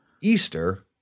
Easter